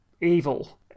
evil